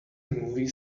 movie